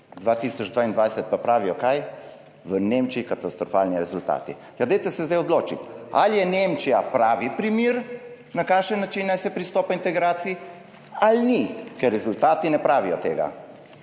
2022 pa pravijo – kaj? V Nemčiji katastrofalni rezultati. Ja dajte se zdaj odločiti, ali je Nemčija pravi primer, na kakšen način naj se pristopa k integraciji, ali ni. Ker rezultati ne pravijo tega,